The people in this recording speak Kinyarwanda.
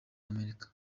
amerika